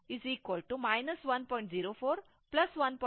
ಆದ್ದರಿಂದ ಇದು i t 1